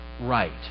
right